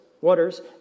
waters